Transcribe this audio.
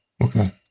Okay